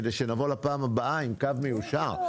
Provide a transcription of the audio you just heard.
כדי שנבוא לפעם הבאה עם קו מיושר.